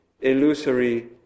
illusory